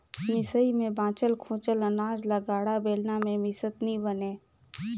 मिसई मे बाचल खोचल अनाज ल गाड़ा, बेलना मे मिसत नी बने